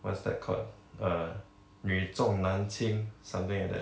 what's that called err 女重男轻 something like that